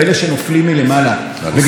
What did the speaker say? וגם התוצאות הן איומות.